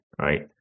right